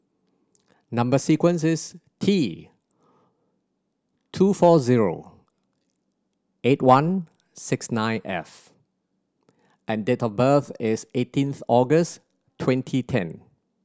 number sequence is T two four zero eight one six nine F and date of birth is eighteenth August twenty ten